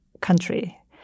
country